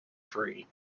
free